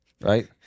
right